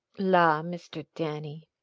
la, mr. denny!